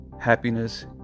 happiness